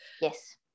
Yes